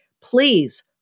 please